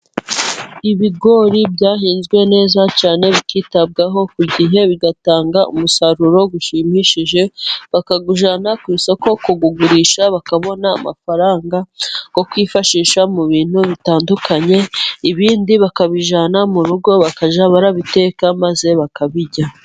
Ibigori byahinzwe neza cyane bikitabwaho ku gihe, bigatanga umusaruro ushimishije bakawujyana ku isoko kuwugurisha, bakabona amafaranga yo kwifashisha mu bintu bitandukanye. Ibindi bakabijyana mu rugo bakajya barabiteka maze bakabirya.